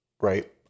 right